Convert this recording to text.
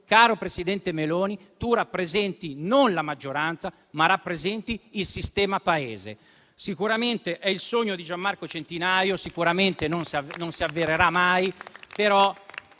caro Presidente Meloni, tu rappresenti non la maggioranza, ma il sistema Paese. Sicuramente è il sogno di Gian Marco Centinaio, sicuramente non si avvererà mai, ma